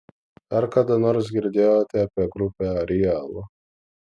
ar kada nors girdėjote apie grupę ariel